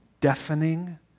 deafening